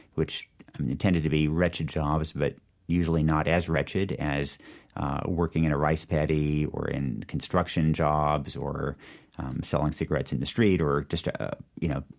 which tended to be wretched jobs, but usually not as wretched as working in a rice paddy or in construction jobs or selling cigarettes in the street or, ah you know,